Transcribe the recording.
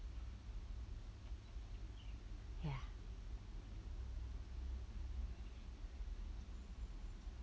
ya